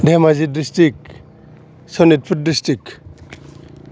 Dhemaji district Sonitpur district